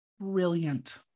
Brilliant